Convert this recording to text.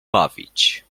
bawić